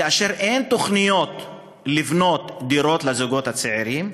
וכאשר אין תוכניות לבנות לזוגות צעירים,